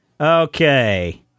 Okay